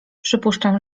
przypuszczam